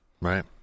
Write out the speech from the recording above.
Right